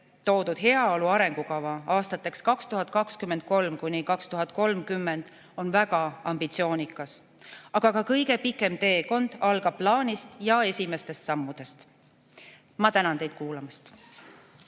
toodud heaolu arengukava aastateks 2023 kuni 2030 on väga ambitsioonikas, aga ka kõige pikem teekond algab plaanist ja esimestest sammudest. Ma tänan teid kuulamast.